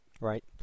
Right